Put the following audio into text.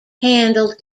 handled